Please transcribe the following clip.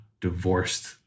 divorced